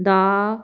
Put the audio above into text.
ਦਾ